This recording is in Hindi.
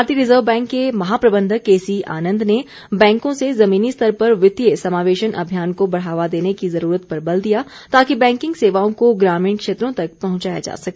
भारतीय रिज़र्व बैंक के महाप्रबंधक के सी आनंद ने बैंकों से ज़मीनी स्तर पर वित्तीय समावेशन अभियान को बढ़ावा देने की ज़रूरत पर बल दिया ताकि बैंकिंग सेवाओं को ग्रामीण क्षेत्रों तक पहुंचाया जा सके